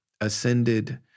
ascended